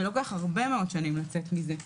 ולוקח הרבה מאוד שנים לצאת מזה.